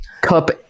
cup